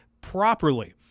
properly